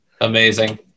Amazing